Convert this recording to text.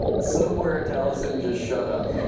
somewhere, taliesin just shot up and